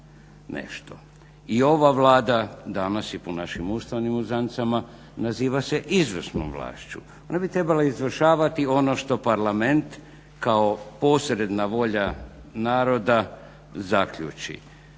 I ova Vlada danas i po našim ustavnim uzancama naziva se izvršnom vlašću. Ona bi trebala izvršavati ono što Parlament kao posredna volja naroda zaključi.